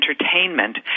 entertainment